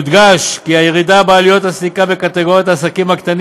יודגש כי הירידה בעלויות הסליקה בקטגוריית העסקים הקטנים